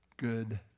good